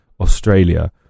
australia